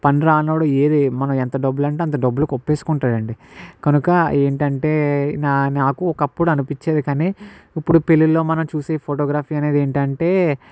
పని రాని వాడు ఏది మనం ఎంత డబ్బులు అంటే అంత డబ్బులకు ఒప్పేసుకుంటాయండి కనుక ఏంటంటే నా నాకు ఒకప్పుడు అనిపించేది కానీ ఇప్పుడు పెళ్ళిలో మనం చూసే ఫోటోగ్రఫీ అనేది ఏంటంటే